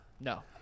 No